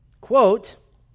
quote